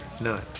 none